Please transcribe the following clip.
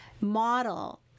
model